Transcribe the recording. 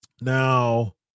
Now